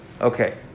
Okay